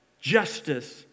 justice